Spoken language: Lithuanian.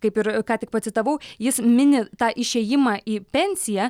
kaip ir ką tik pacitavau jis mini tą išėjimą į pensiją